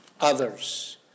others